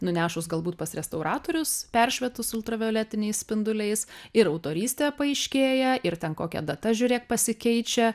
nunešus galbūt pas restauratorius peršvietus ultravioletiniais spinduliais ir autorystė paaiškėja ir ten kokia data žiūrėk pasikeičia